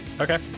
Okay